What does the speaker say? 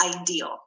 ideal